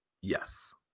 Yes